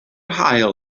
haul